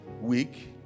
week